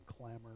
clamor